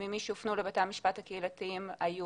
17% הופנו לבתי המשפט הקהילתיים היו